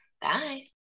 Bye